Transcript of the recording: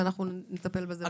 ואנחנו נטפל בזה בהמשך.